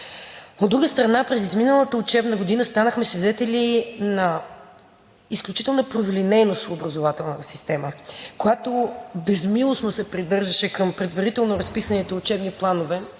От друга страна, през изминалата учебна година станахме свидетели на изключителна праволинейност в образователната система, която безмилостно се придържаше към предварително разписаните учебни планове